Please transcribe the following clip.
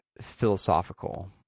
philosophical